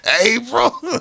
April